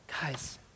Guys